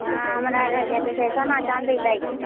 हँ हमरा रहै जे की कहै छै सोना चाँदी लैके